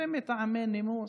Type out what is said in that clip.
זה מטעמי נימוס,